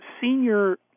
Senior